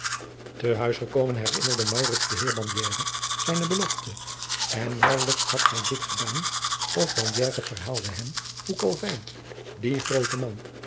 te huis gekomen herinnerde maurits den heer bandiere zijne belofte en naauwelijks had hij dit gedaan of bandiere verhaalde hem hoe calvyn die groote man